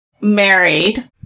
married